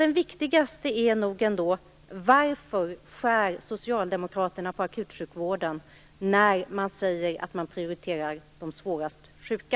Den viktigaste är nog ändå: Varför skär Socialdemokraterna på akutsjukvården när man säger att man prioriterar de svårast sjuka?